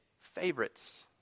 favorites